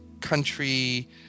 country